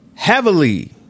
Heavily